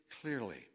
clearly